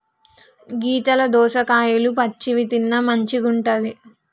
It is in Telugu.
గీతల దోసకాయలు పచ్చివి తిన్న మంచిగుంటది